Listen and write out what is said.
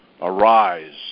arise